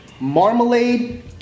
Marmalade